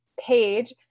page